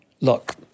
look